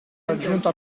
raggiunto